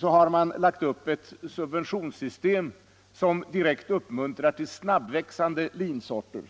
har man lagt upp ett subventionssystem som direkt uppmuntrar till odling av snabbväxande linsorter.